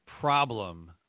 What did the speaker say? problem